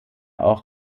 auch